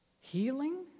healing